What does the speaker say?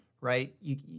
right